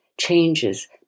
changes